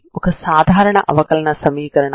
ఈ లైన్ అవుతుంది సరేనా